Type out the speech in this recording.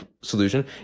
solution